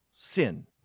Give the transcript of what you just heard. sin